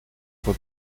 fue